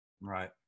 Right